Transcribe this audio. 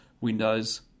Windows